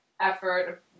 effort